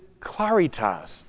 claritas